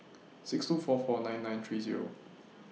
six two four four nine nine three Zero